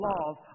laws